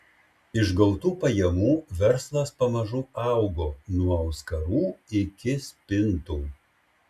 iš gautų pajamų verslas pamažu augo nuo auskarų iki spintų